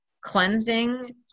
cleansing